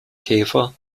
käfer